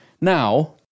Now